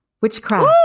Witchcraft